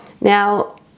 Now